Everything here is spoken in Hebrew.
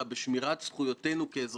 במקום הזה הוא כושל.